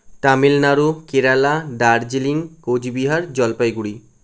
Tamil Nadu Kerala Darjeeling Cooch Behar Jalpaiguri